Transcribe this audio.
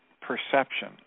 perception